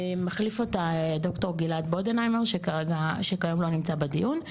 מחליף אותה ד"ר גלעד בודנהיימר שהיום לא נמצא בדיון.